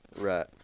Right